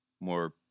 more